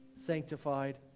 sanctified